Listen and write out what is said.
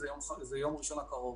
זה יום ראשון הקרוב,